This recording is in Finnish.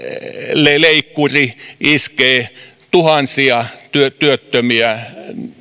leikkuri iskee tuhansia työttömiä